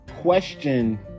question